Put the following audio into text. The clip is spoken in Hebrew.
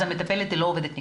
אז המטפלת היא לא עובדת ניקיון.